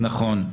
נכון.